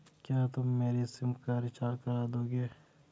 क्या तुम मेरी सिम का रिचार्ज कर दोगे?